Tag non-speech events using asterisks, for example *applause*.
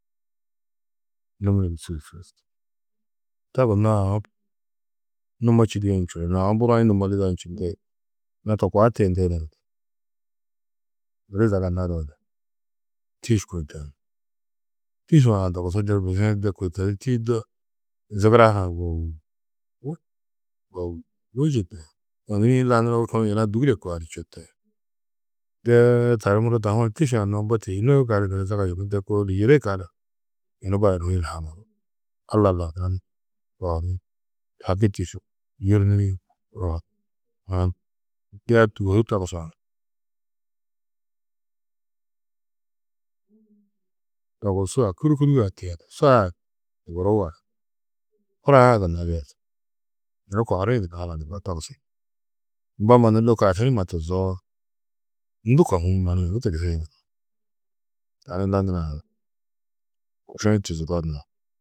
Numi-ĩ du *unintelligible* to gunnoo aũ numo čîdie čudurunnú, aũ buroĩ numo lido ni čindi, yina to koa tiyindi ni, odu zaga nadoo ni, tîš kôi tohi, tîšã dogusu de bizi-ĩ de kôi to di tîyido, zigira hunã bûugo, bôuyi čindi, ônuri-ĩ lanuroo kunu yina dûgule kua ni čuti, de tani muro dahu-ã tîšã noo mbo tîšinoó gali niri, zaga yunu de kôuldu, yidi gali, yunu baranirîe ni haŋuú, Alla laũ tani *unintelligible* haki tîšú yûrniri *unintelligible* de tûgohu togusã, ̧̧dogusu a kûru kûru a tiyeni, so a zoguruu, huraa-ã gunna bes, yunu kohirĩ gunna hananurdó togusu ni, mbo mannu lôko aši numa tuzoo, ndû kohiĩ mannu yunu tugusĩ, tani lanurã aši-ĩ tuzudo nar.